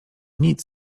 nic